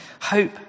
Hope